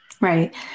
Right